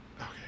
Okay